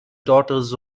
daughters